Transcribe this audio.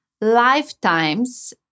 lifetimes